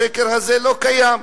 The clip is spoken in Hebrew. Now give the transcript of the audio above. השקר הזה לא קיים.